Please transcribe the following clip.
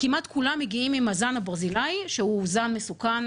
כמעט כולם מגיעים עם הזן הברזילאי שהוא זן מסוכן